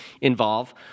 involve